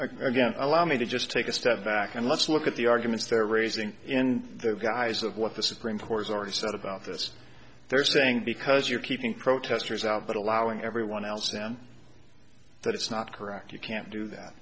again allow me to just take a step back and let's look at the arguments they're raising in the guise of what the supreme court's already said about this thursday saying because you're keeping protesters out but allowing everyone else down that it's not correct you can't do that